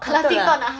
patut lah